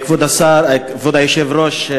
כבוד היושב-ראש,